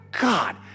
God